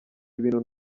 ibintu